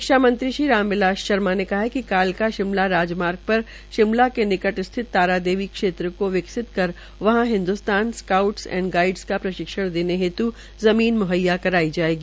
शिक्षा मंत्री श्री रामबिलास शर्मा ने कहा कि कालका शिमला राजमार्ग पर शिमला के निकट स्थित तारादेवी क्षेत्र को विकसित कर वहां हिन्दूस्तान स्काउटस एवं गाइडस का प्रशिक्षण देने हेत् ज़मीन म्हैया करवाई जाएगी